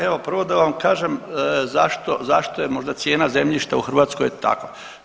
Pa evo prvo da vam kažem zašto, zašto je možda cijena zemljišta u Hrvatskoj takva.